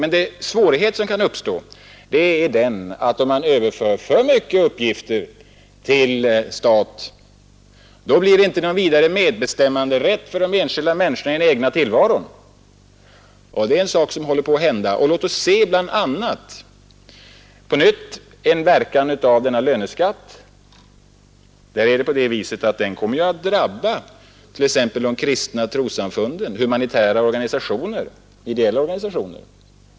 Men den svårighet som kan uppstå är, att om man överför för mycket uppgifter till staten, då blir det inte någon vidare medbestämmanderätt för de enskilda människorna i den egna tillvaron, och det är en sak som håller på att hända. Låt oss just i detta sammanhang se på verkan av denna löneskatt. Den kommer att drabba t.ex. de kristna trossamfunden, humanitära och ideella organisationer.